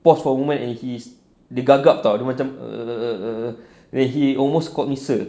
pause for moment and he's dia gagap [tau] dia macam err err where he almost called me sir